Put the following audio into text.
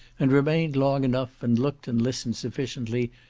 and remained long enough, and looked and listened sufficiently,